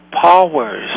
powers